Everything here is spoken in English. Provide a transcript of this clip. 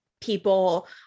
people